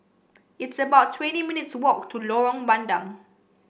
it's about twenty minutes walk to Lorong Bandang